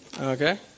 okay